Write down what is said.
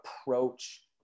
approach